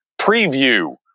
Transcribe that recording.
preview